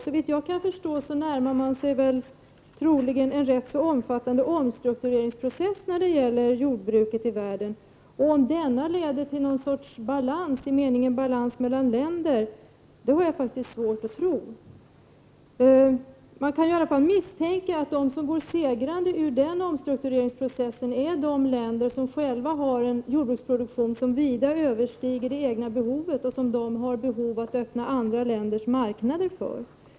Såvitt jag kan förstå närmar man sig troligen en omfattande omstruktureringsprocess när det gäller jordbruket i världen. Att denna skall leda till någon sorts balans i betydelsen balans mellan länder har jag faktiskt svårt att tro. Man kan i alla fall misstänka att de som går segrande ur den omstruktureringsprocessen är de länder som själva har en jordbruksproduktion som vida överstiger det egna behovet och som de måste öppna andra länders marknader för.